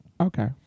okay